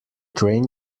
train